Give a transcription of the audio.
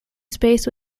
space